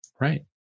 Right